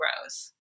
grows